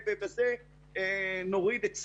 ולא כל כך נלמדו מהם